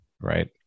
Right